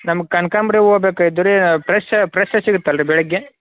ನಮ್ಗೆ ಕನಕಾಂಬ್ರಿ ಹೂವು ಬೇಕಾಗಿದ್ವು ರೀ ಫ್ರೆಶ ಫ್ರೆಶ ಸಿಗುತ್ತಲ್ರಿ ಬೆಳಗ್ಗೆ